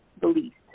beliefs